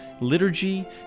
liturgy